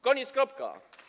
Koniec, kropka.